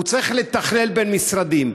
הוא צריך לתכלל בין משרדים.